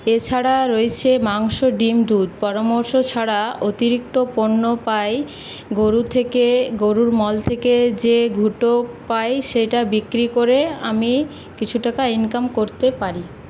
এছাড়া রয়েছে মাংস ডিম দুধ পরামর্শ ছাড়া অতিরিক্ত পণ্য পাই গোরু থেকে গোরুর মল থেকে যে ঘুটে পাই সেইটা বিক্রি করে আমি কিছু টাকা ইনকাম করতে পারি